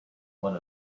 one